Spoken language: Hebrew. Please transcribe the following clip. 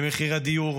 במחיר הדיור,